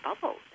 bubbles